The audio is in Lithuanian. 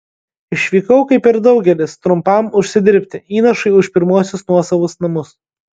išvykau kaip ir daugelis trumpam užsidirbti įnašui už pirmuosius nuosavus namus